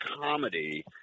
comedy